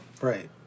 Right